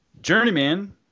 Journeyman